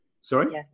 sorry